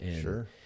Sure